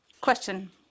Question